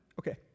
Okay